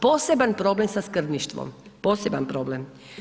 Poseban problem sa skrbništvom, poseban problem.